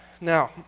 Now